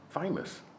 famous